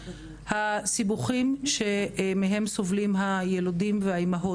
הסיבוכים מהם סובלים הילודים והאימהות